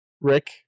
Rick